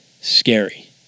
scary